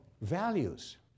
values